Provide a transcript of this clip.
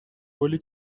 گلی